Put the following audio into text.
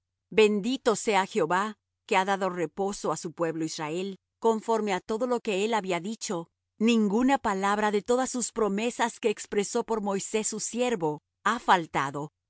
bendito sea jehová que ha dado reposo á su pueblo israel conforme á todo lo que él había dicho ninguna palabra de todas sus promesas que expresó por moisés su siervo ha faltado